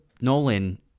Nolan